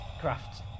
craft